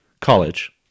college